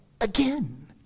Again